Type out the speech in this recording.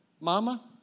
Mama